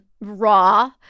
raw